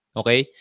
okay